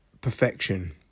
perfection